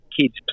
kids